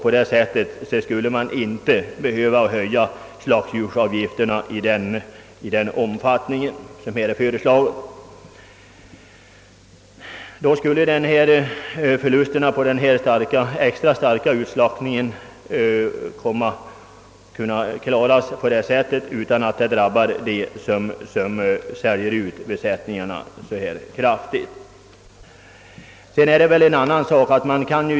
På det sättet skulle man inte behöva höja slaktdjursavgifterna i den omfattning som föreslås i propositionen. Förlusterna på grund av den extra utslaktningen skulle då också kunna klaras på ett bättre sätt.